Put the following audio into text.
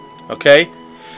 Okay